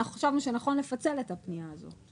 אנחנו חשבנו שנכון לפצל את הפנייה הזאת,